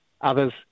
others